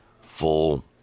full